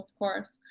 course.